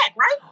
right